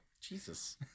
Jesus